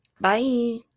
Bye